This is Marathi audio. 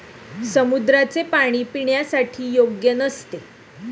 समुद्राचे पाणी पिण्यासाठी योग्य नसते